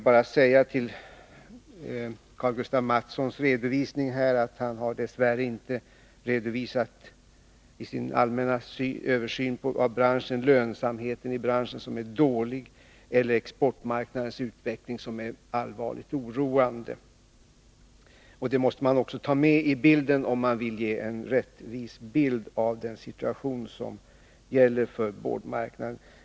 Beträffande Karl-Gustaf Mathssons redovisning vill jag säga att han i sin allmänna översikt av branschen dess värre inte redovisade lönsamheten i den, som är dålig, eller exportmarknadens utveckling, som är allvarligt oroande. Det måste man också ta med om man vill ge en rättvis bild av den situation som gäller för boardmarknaden.